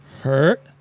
hurt